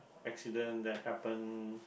accident that happen